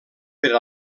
per